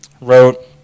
wrote